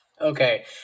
okay